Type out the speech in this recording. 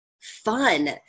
fun